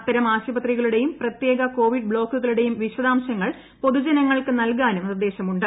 അത്തരം ആശുപത്രികളുടേയും പ്രത്യേക കോവിഡ് ബ്ലോക്കുകളുടേയും വിശദാംശങ്ങൾ പൊതുജനങ്ങൾക്ക് നല്കാനും നിർദ്ദേശമുണ്ട്